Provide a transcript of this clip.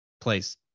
place